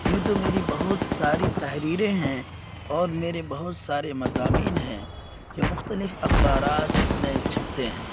یوں تو میری بہت ساری تحریریں ہیں اور میرے بہت سارے مضامین ہیں جو مختلف اخبارات میں چھپتے ہیں